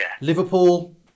Liverpool